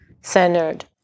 centered